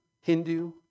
Hindu